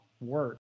work